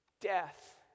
Death